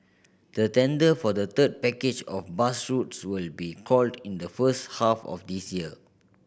the tender for the third package of bus routes will be called in the first half of this year